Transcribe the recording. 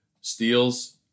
steals